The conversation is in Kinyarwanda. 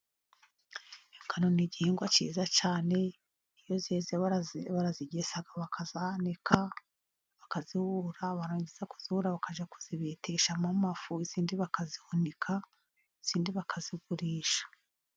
Ingano ni igihingwa cyiza cyane iyo zeze barazigesa bakazanika, bakazihura, barangiza kuzihura bakajya kuzibeteshamo amafu, izindi bakazihunika, izindi bakazigurisha.